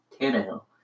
Tannehill